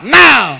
now